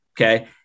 Okay